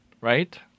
Right